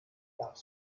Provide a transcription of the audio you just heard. darf